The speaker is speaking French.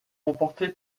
remporté